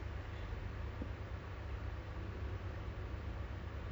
it's like totally malam-malam tak ada benda nak makan kan then you just